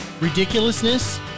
Ridiculousness